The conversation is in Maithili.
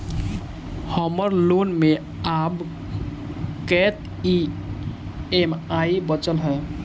हम्मर लोन मे आब कैत ई.एम.आई बचल ह?